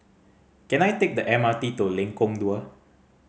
can I take the M R T to Lengkong Dua